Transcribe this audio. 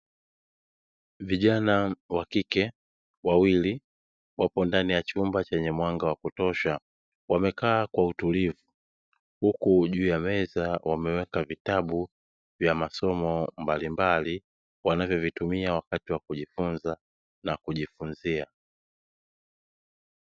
Vijana wa kike wawili wapo ndani ya chumba chenye mwanga wa kutosha wamekaa kwa utulivu, huku juu ya meza wameweka vitabu vya masomo mbalimbali, wanavyovitumia wakati wa kujifunza na kujifunzia.